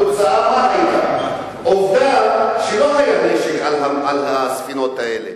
התוצאה היתה, עובדה שלא היה נשק על הספינות האלה.